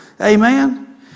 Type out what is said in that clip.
Amen